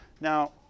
Now